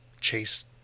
chase